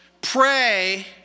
Pray